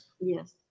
Yes